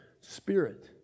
spirit